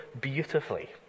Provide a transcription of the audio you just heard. beautifully